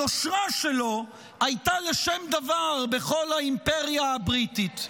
היושרה שלו הייתה לשם דבר בכל האימפריה הבריטית.